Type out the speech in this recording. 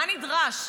מה נדרש?